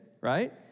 right